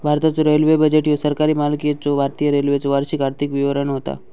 भारताचो railway budget ह्यो सरकारी मालकीच्यो भारतीय रेल्वेचो वार्षिक आर्थिक विवरण होता